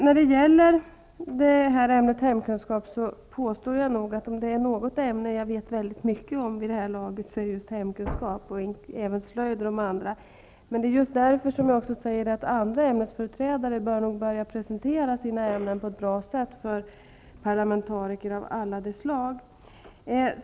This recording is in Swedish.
När det gäller hemkunskap vill jag påstå att jag vid det här laget vet mycket om just det ämnet -- och även om slöjd och andra ämnen -- och därför säger jag att också andra ämnesföreträdare bör presentera sina ämnen på ett bra sätt för parlamentariker av alla de slag.